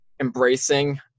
embracing